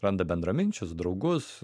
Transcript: randa bendraminčius draugus